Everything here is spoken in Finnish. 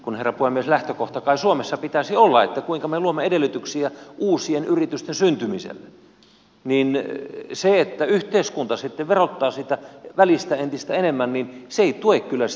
kun herra puhemies lähtökohdan kai suomessa pitäisi olla että me luomme edellytyksiä uusien yritysten syntymiselle niin se että yhteiskunta sitten verottaa siitä välistä entistä enemmän ei tue kyllä sitä kehitystä